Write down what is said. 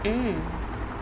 mm